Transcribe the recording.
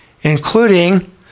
including